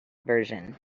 version